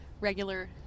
regular